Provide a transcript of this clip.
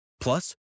Plus